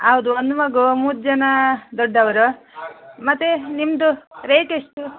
ಹೌದು ಒಂದು ಮಗು ಮೂರು ಜನ ದೊಡ್ಡವರು ಮತ್ತು ನಿಮ್ಮದು ರೇಟ್ ಎಷ್ಟು